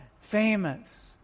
famous